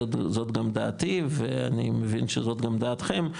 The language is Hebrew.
זאת גם דעתי ואני מבין שזאת גם דעתכם,